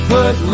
Put